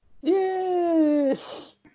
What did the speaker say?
Yes